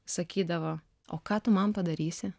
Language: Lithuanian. sakydavo o ką tu man padarysi